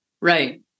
Right